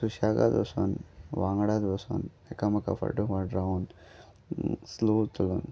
सुशेगाद वोसोन वांगडच वोसोन एकामेकका फटोफाट रावन स्लो चलोवन